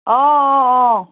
অ অ অ